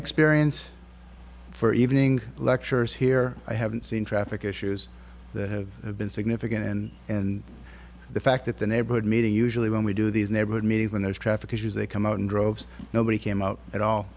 experience for evening lectures here i haven't seen traffic issues that have been significant and and the fact that the neighborhood meeting usually when we do these neighborhood means when there's traffic issues they come out in droves nobody came out at all